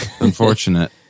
Unfortunate